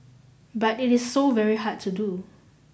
but it is so very hard to do